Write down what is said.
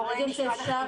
וברגע שאפשר